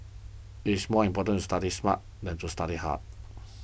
it is more important to study smart than to study hard